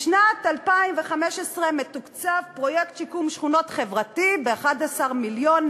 בשנת 2015 מתוקצב פרויקט שיקום שכונות חברתי ב-11.7 מיליון.